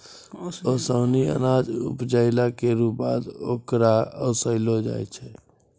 ओसौनी अनाज उपजाइला केरो बाद ओकरा ओसैलो जाय छै